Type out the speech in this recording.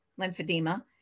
lymphedema